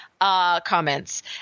comments